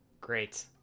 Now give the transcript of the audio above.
Great